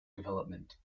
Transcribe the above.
development